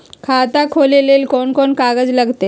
खाता खोले ले कौन कौन कागज लगतै?